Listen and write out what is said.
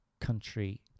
country